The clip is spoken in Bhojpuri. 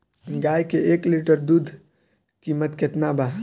गाय के एक लीटर दूध कीमत केतना बा?